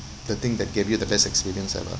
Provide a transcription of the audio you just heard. the thing that gave you the best experience ever